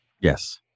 Yes